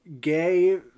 gay